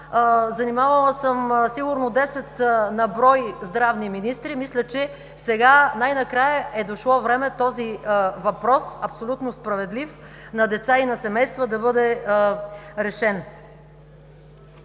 занимавала съм сигурно десет на брой здравни министри. Мисля, че сега, най-накрая е дошло време този абсолютно справедлив за деца и семейства въпрос да бъде решен.